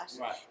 Right